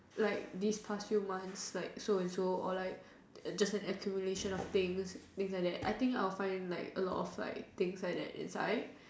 like this past few months like so and so or like just a accumulation of things things like that I think I would find a lot of things like that inside